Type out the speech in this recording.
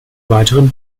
weiteren